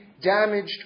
damaged